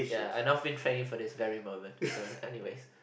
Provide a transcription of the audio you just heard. ya I've not been training for this very moment so anyways